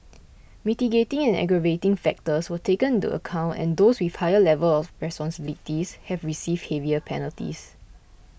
mitigating and aggravating factors were taken into account and those with higher level of responsibilities have received heavier penalties